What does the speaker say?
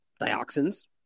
dioxins